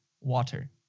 water